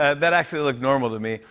and that actually looked normal to me.